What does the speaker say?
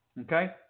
Okay